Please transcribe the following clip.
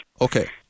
Okay